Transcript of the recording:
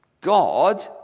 God